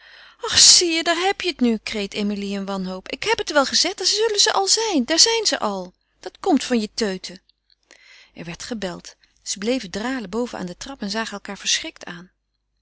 zie je daar heb je het nu kreet emilie in wanhoop ik heb het wel gezegd daar zullen ze al zijn daar zijn ze al dat komt van je teuten er werd gebeld zij bleven dralen boven aan de trap en zagen elkaâr verschrikt aan